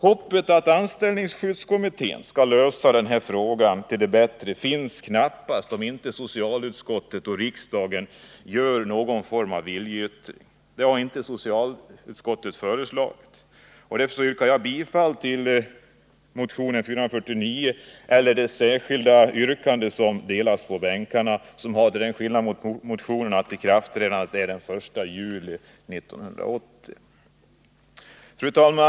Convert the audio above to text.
Hoppet att anställningsskyddskommittén skall lösa denna fråga finns knappast, om inte socialutskottet och riksdagen gör någon form av viljeyttring. Detta har nu inte socialutskottet föreslagit. Jag yrkar bifall till det särskilda yrkande som nu delas i kammaren och som till skillnad från motionen innebär att ikraftträdandet skall ske den 1 juli 1980. Yrkandet har följande lydelse: Arbetstagare, som till följd av åtgärd som avses i denna paragraf, avbrutits i sitt arbete skall ej vidkännas lönebortfall utan han skall ersät tas på samma sätt som om han Onsdagen den faktiskt utfört arbetet. 16 april 1980 Denna lag träder i kraft den 1 juli 1980. Vissa lagstiftningsfrågor m.m. på Fru talman!